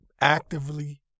actively